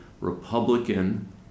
Republican